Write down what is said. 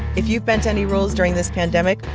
if you've bent any rules during this pandemic,